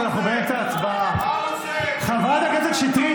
בעד אימאן ח'טיב יאסין,